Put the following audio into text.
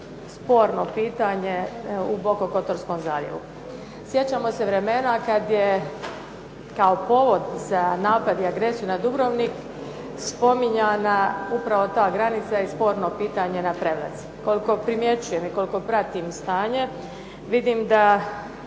sporno pitanje u Bokokotorskom zaljevu. Sjećamo se vremena kad je kao povod za napad i agresiju na Dubrovnik spominjana upravo ta granica i sporno pitanje na Prevlaci. Koliko primjećujem i koliko pratim stanje, vidim da